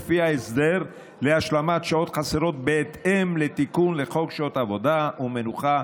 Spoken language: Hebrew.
לפי ההסדר להשלמת שעות חסרות בהתאם לתיקון לחוק שעות עבודה ומנוחה,